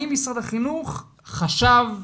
האם משרד החינוך חשב,